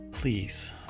please